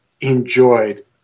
enjoyed